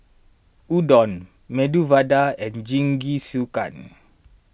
Udon Medu Vada and Jingisukan